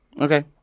Okay